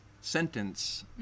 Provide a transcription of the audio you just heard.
sentence